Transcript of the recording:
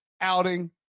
outing